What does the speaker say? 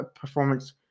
performance